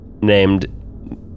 Named